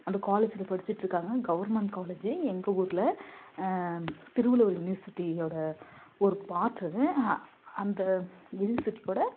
அந்த காலேஜில் படிச்சிட்டுருக்காங்க கவர்மெண்ட் காலேஜு எங்கள் ஊரில் திருவள்ளூர் யுனிவர்சிட்டியோடய ஒரு பார்ட் அது அந்த யுனிவர்சிட்டியோட